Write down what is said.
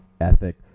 ethic